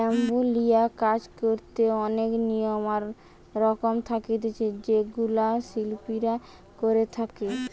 bamboo লিয়া কাজ করিতে অনেক নিয়ম আর রকম থাকতিছে যেগুলা শিল্পীরা করে থাকে